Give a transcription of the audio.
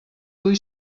hui